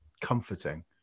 comforting